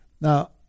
Now